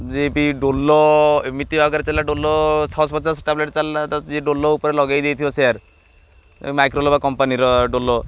ଯିଏ କି ଡୋଲ ଏମିତି ଭାବରେ ଚାଲିଲା ଡୋଲ ଛଅଶହ ପଚାଶ ଟାବଲେଟ୍ ଚାଲିଲା ତ ଯି ଡୋଲ ଉପରେ ଲଗେଇ ଦେଇଥିବ ସେୟାର୍ ମାଇକ୍ରୋଲାବ କମ୍ପାନୀର ଡୋଲ